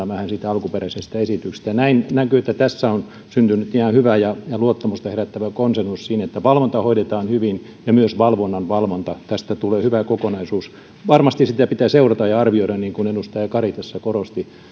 vähän siitä alkuperäisestä esityksestä näkyy että tässä on syntynyt ihan hyvä ja luottamusta herättävä konsensus siinä että valvonta hoidetaan hyvin ja myös valvonnan valvonta tästä tulee hyvä kokonaisuus varmasti sitä pitää seurata ja arvioida niin kuin edustaja kari tässä korosti